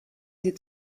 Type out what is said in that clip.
sie